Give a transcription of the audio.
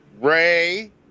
Ray